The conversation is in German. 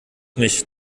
mich